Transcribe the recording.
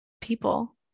people